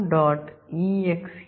EXE